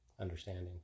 understanding